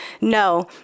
No